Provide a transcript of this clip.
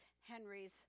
Henry's